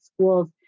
schools